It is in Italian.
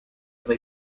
tra